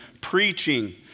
preaching